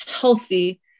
healthy